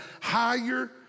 higher